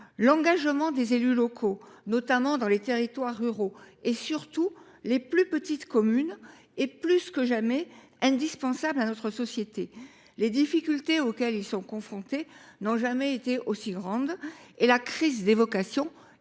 L’engagement des élus locaux, notamment dans les territoires ruraux et les plus petites communes, est plus que jamais indispensable à notre société. Les difficultés auxquelles ils sont confrontés n’ont jamais été aussi grandes et la crise des vocations